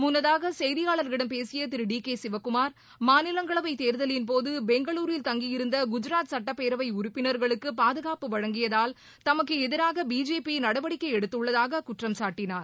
முன்னதாக செய்தியாளர்களிடம் பேசிய திரு டி கே சிவக்குமார் மாநிலங்களவை தேர்தலின்போது பெங்களுரில் தங்கியிருந்த குஜராத் சட்டப்பேரவை உறப்பினர்களுக்கு பாதுகாப்பு வழங்கியதால் தமக்கு எதிராக பிஜேபி நடவடிக்கை எடுத்துள்ளதாக குற்றம் சாட்டினார்